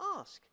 ask